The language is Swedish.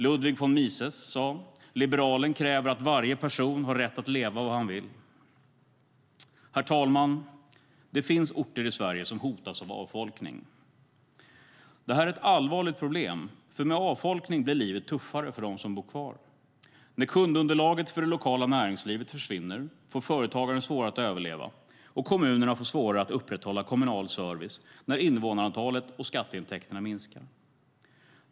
Ludwig von Mises sade: Liberalen kräver att varje person har rätt leva hur han vill. Herr talman! Det finns orter i Sverige som hotas av avfolkning. Det är ett allvarligt problem, för med avfolkning blir livet tuffare för dem som bor kvar. När kundunderlaget för det lokala näringslivet försvinner får företagaren svårare att överleva, och kommunerna får svårare att upprätthålla kommunal service när invånarantalet och skatteintäkterna minskar.